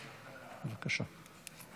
בבקשה.